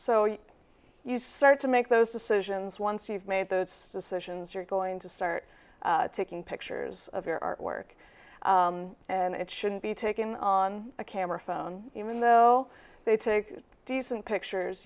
know you start to make those decisions once you've made those decisions you're going to start taking pictures of your artwork and it shouldn't be taken on a camera phone even though they take decent pictures